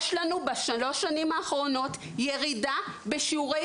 יש לנו בשלוש השנים האחרונות ירידה בשיעורי